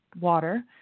water